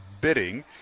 Bidding